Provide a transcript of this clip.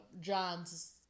John's